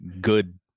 good